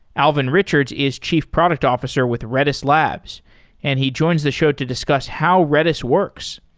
alvin richards is chief product officer with redis labs and he joins the show to discuss how redis works.